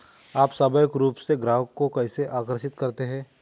आप स्वाभाविक रूप से ग्राहकों को कैसे आकर्षित करते हैं?